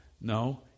No